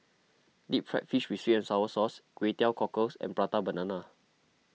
Deep Fried Fish with Sweet and Sour Sauce Kway Teow Cockles and Prata Banana